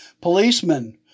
Policemen